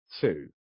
two